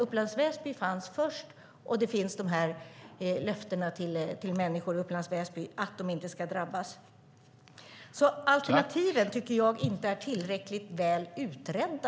Upplands Väsby fanns först, och det finns löften till människorna där att de inte ska drabbas. Alternativen är inte tillräckligt väl utredda.